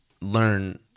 learn